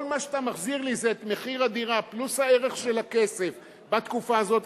וכל מה שאתה מחזיר לי זה את מחיר הדירה פלוס הערך של הכסף בתקופה הזאת.